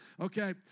Okay